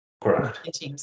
correct